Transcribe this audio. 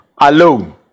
alone